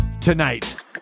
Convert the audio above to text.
tonight